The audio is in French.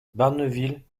barneville